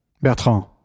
Bertrand